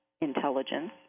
intelligence